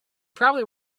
probably